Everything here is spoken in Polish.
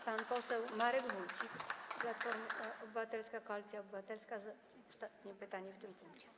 Pan poseł Marek Wójcik, Platforma Obywatelska - Koalicja Obywatelska, zada ostatnie pytanie w tym punkcie.